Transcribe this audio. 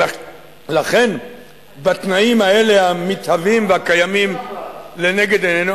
ולכן בתנאים האלה המתהווים והקיימים לנגד עינינו,